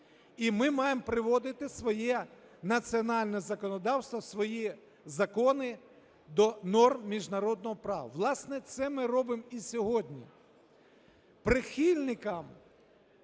і ми маємо приводити своє національне законодавство, свої закони до норм міжнародного права. Власне, це ми робимо і сьогодні.